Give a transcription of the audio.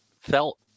felt